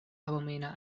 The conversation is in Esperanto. abomena